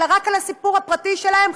אלא רק על הסיפור הפרטי שלהן,